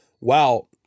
wow